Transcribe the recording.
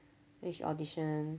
which audition